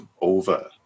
over